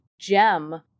gem